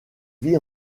vit